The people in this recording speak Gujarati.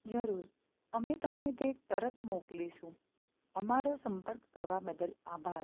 જરૂર અમે તમને તે તરત મોકલીશું અમારો સંપર્ક કરવા બદલ આભાર